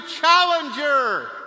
challenger